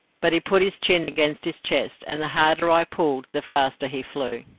but he put his chin against his chest, and the harder i pulled the faster he flew.